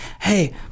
hey